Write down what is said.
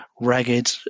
ragged